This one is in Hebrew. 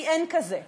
כי אין כזה.